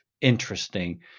interesting